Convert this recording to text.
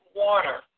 water